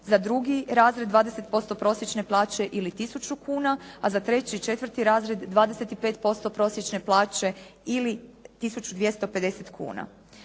Za drugi razred 20% prosječne plaće ili tisuću kuna, a za treći i četvrti razred 25% prosječne plaće ili 1250 kuna.